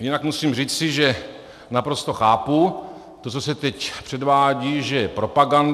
Jinak musím říci, že naprosto chápu to, co se teď předvádí, že je propaganda.